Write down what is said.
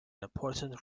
important